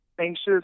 anxious